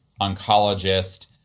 oncologist